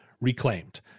reclaimed –